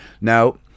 Now